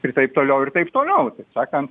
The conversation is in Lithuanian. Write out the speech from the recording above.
ir taip toliau ir taip toliau sakant